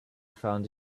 found